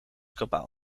kabaal